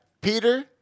Peter